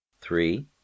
three